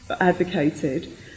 advocated